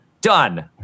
Done